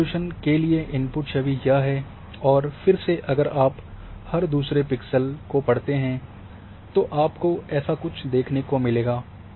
बड़े रिज़ॉल्यूशन के लिए इनपुट छवि यह है और फिर से अगर आप हर दूसरे पिक्सल पढ़ते हैं तो आपको ऐसा कुछ देखने को मिलेगा